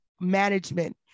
management